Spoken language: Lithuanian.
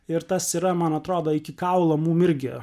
ir tas yra man atrodo iki kaulo mum irgi